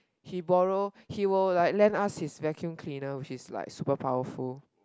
he borrow he will like lend us his vacuum cleaner which is like super powerful